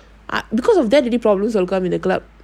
ah because of that many problems will come in the club